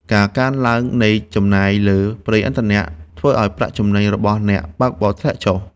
ការកើនឡើងនៃចំណាយលើប្រេងឥន្ធនៈ ធ្វើឱ្យប្រាក់ចំណេញរបស់អ្នកបើកបរធ្លាក់ចុះ។